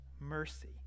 mercy